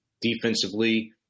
Defensively